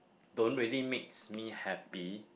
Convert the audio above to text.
don't really makes me happy